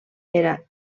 era